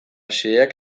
xeheak